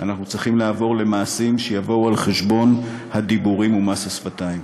אנחנו צריכים לעבור למעשים שיבואו על חשבון הדיבורים ומס השפתיים.